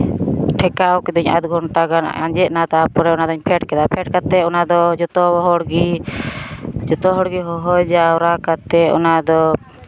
ᱴᱷᱮᱠᱟᱣ ᱞᱮᱫᱟᱹᱧ ᱟᱫᱷᱜᱷᱚᱱᱴᱟ ᱜᱟᱱ ᱟᱸᱡᱮᱫ ᱱᱟ ᱛᱟᱨᱯᱚᱨᱮ ᱚᱱᱟᱫᱩᱧ ᱯᱷᱮᱰ ᱠᱮᱫᱟ ᱯᱷᱮᱰ ᱠᱟᱛᱮᱫ ᱚᱱᱟᱫᱚ ᱡᱚᱛᱚ ᱦᱚᱲᱜᱮ ᱦᱚᱦᱚ ᱡᱟᱣᱨᱟ ᱠᱟᱛᱮᱫ ᱚᱱᱟᱫᱚ